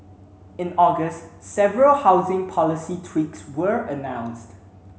in August several housing policy tweaks were announced